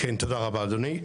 תודה רבה אדוני.